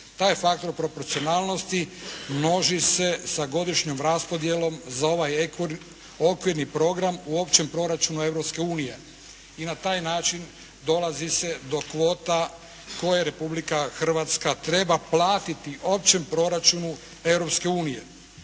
Taj faktor proporcionalnosti množi se sa godišnjom raspodjelom za ovaj okvirni program u općem proračunu Europske unije i na taj način dolazi se do kvota koje Republika Hrvatska treba platiti općem proračunu